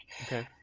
Okay